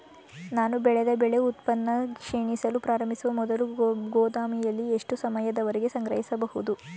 ನಾನು ಬೆಳೆದ ಬೆಳೆ ಉತ್ಪನ್ನ ಕ್ಷೀಣಿಸಲು ಪ್ರಾರಂಭಿಸುವ ಮೊದಲು ಗೋದಾಮಿನಲ್ಲಿ ಎಷ್ಟು ಸಮಯದವರೆಗೆ ಸಂಗ್ರಹಿಸಬಹುದು?